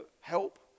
help